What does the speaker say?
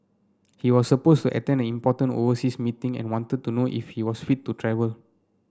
he was supposed to attend an important overseas meeting and wanted to know if he was fit to travel